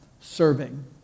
serving